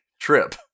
trip